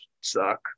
suck